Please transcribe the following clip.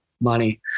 money